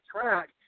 track